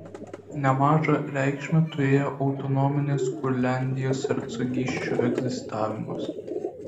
nemažą reikšmę turėjo autonominės kurliandijos hercogysčių egzistavimas